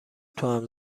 توام